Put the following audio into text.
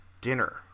Dinner